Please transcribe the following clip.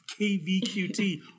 KVQT